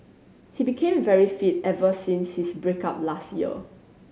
he became very fit ever since his break up last year